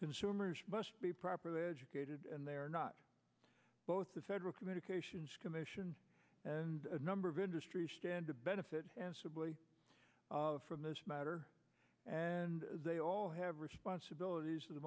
consumers must be properly educated and they are not both the federal communications commission and a number of industries stand to benefit and sibley from this matter and they all have responsibilities for the